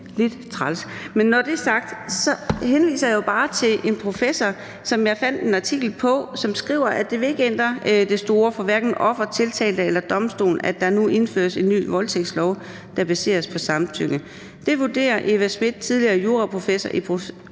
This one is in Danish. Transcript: været træls. Men når det er sagt, henviser jeg jo bare til en professor, som jeg fandt en artikel af, og som skriver, at det ikke vil ændre det store for hverken offer, tiltalte eller domstol, at der nu indføres en ny voldtægtslov, der baseres på samtykke. Det vurderer Eva Smith, tidligere juraprofessor i proces